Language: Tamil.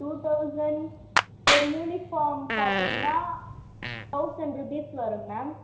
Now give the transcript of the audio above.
டூ தவுசண்ட் ஒரு யூனிஃபார்ம் பார்த்தீங்கனா தவுசண்ட் ருபீஸ் வரும் மேம்